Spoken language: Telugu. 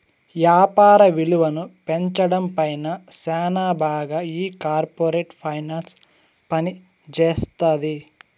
యాపార విలువను పెంచడం పైన శ్యానా బాగా ఈ కార్పోరేట్ ఫైనాన్స్ పనిజేత్తది